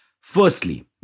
Firstly